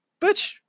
Bitch